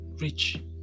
rich